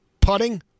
putting